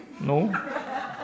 No